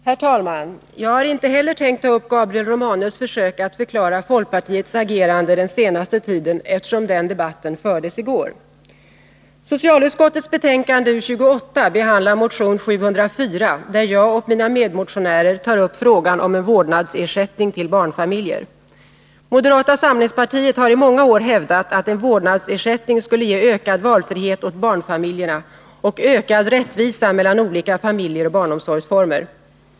Herr talman! Inte heller jag tänker bemöta Gabriel Romanus försök att förklara folkpartiets agerande den senaste tiden, eftersom den debatten fördes i går. Socialutskottets betänkande 28 behandlar motion 704, där jag och mina medmotionärer tar upp frågan om en vårdnadsersättning till barnfamiljer. Moderata samlingspartiet har i många år hävdat att en vårdnadsersättning skulle ge ökad valfrihet åt barnfamiljerna och ökad rättvisa mellan olika familjer och barnomsorgsformer.